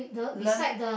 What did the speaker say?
learn